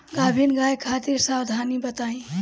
गाभिन गाय खातिर सावधानी बताई?